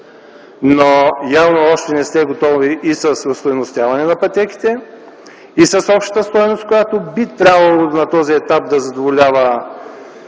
Явно още не сте готови с остойностяването на пътеките, с общата стойност, която би трябвало на този етап да задоволява